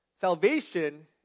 salvation